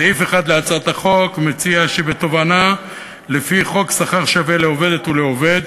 סעיף 1 להצעת החוק מציע שבתובענה לפי חוק שכר שווה לעובדת ולעובד,